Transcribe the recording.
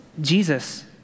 Jesus